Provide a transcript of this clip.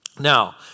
Now